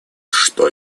что